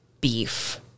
beef